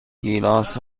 گیلاس